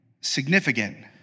significant